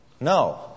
No